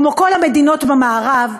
כמו כל המדינות במערב,